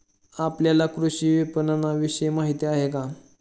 आपल्याला कृषी विपणनविषयी माहिती आहे का?